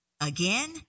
Again